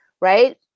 right